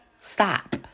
Stop